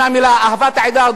אהבה את העדה הדרוזית,